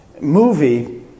movie